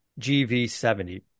GV70